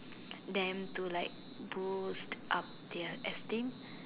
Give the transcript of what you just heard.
them to like boost up their esteem